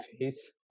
face